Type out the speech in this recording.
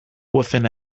within